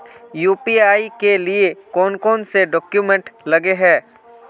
UPI के लिए कौन कौन से डॉक्यूमेंट लगे है?